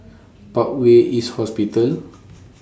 Parkway East Hospital